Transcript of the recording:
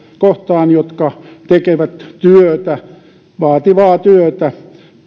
kohtaan jotka tekevät työtä vaativaa työtä